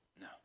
No